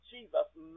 Jesus